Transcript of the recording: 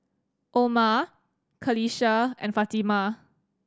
Omar Qalisha and Fatimah